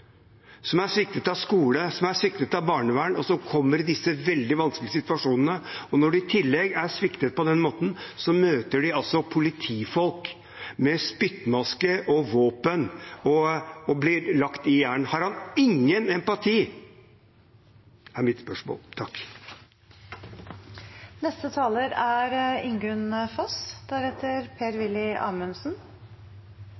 som er sviktet av skole, som er sviktet av barnevern, og som kommer i disse veldig vanskelige situasjonene? Og når de er sviktet på den måten, så møter de i tillegg politifolk med spyttmaske og våpen og blir lagt i jern. Har han ingen empati, er mitt spørsmål. Som sagt i mitt forrige innlegg er